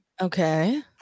okay